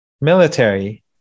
military